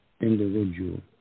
individual